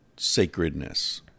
sacredness